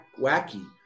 wacky